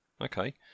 Okay